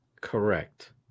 Correct